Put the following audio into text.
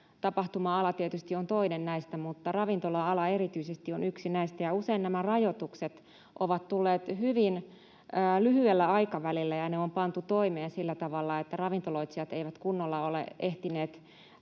tapahtuma-ala tietysti on toinen näistä — erityisesti on yksi näistä. Usein nämä rajoitukset ovat tulleet hyvin lyhyellä aikavälillä ja ne on pantu toimeen sillä tavalla, että ravintoloitsijat eivät kunnolla ole ehtineet